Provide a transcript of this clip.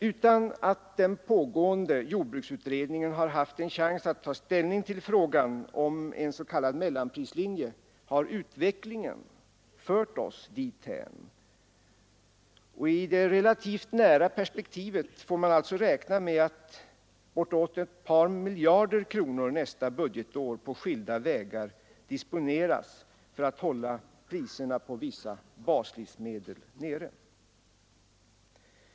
Utan att den pågående jordbruksutredningen har haft en chans att ta ställning till frågan om en s.k. mellanprislinje har utvecklingen fört oss dithän, och i det relativt nära perspektivet får man alltså räkna med att över 2 miljarder kronor nästa budgetår på skilda vägar disponeras för att hålla priserna på vissa baslivsmedel nere.